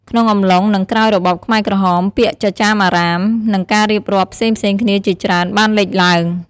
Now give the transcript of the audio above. ក្នុងអំឡុង និងក្រោយរបបខ្មែរក្រហម ពាក្យចចាមអារ៉ាម និងការរៀបរាប់ផ្សេងៗគ្នាជាច្រើន បានលេចឡើង។